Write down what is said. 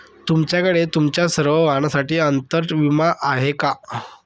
तुमच्याकडे तुमच्या सर्व वाहनांसाठी अंतर विमा आहे का